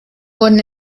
wurden